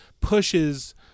pushes